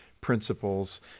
principles